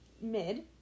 mid